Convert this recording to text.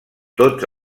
tots